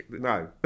no